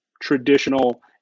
traditional